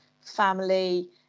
family